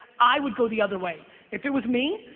i would go the other way it was me.